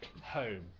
home